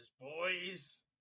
boys